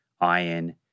iron